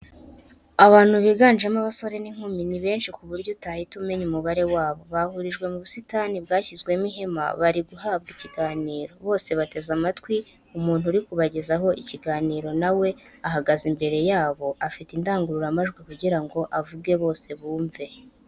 Abantu biganjemo abasore n'inkumi ni benshi ku buryo utahita umenya umubare wabo, bahurijwe mu busitani bwashyizwemo ihema ,barimo guhabwa ikiganiro , bose bateze amatwi umuntu uri kubagezaho ikiganiro nawe ahagaze imbere yabo afite indangururamajwi kugirango avuge bose bumve.